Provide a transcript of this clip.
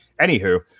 anywho